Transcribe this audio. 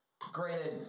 Granted